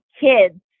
kids